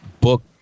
book